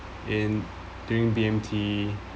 in during B_M_T